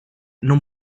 non